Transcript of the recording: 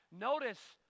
Notice